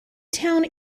town